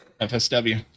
FSW